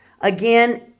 again